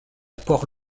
port